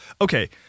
okay